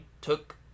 took